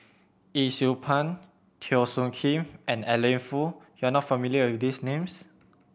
Yee Siew Pun Teo Soon Kim and Adeline Foo you are not familiar with these names